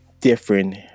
different